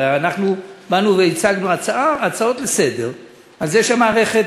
הרי אנחנו באנו והצגנו הצעות לסדר-היום על המערכת,